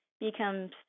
becomes